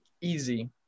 Easy